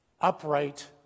upright